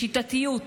בשיטתיות,